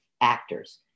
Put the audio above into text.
actors